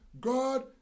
God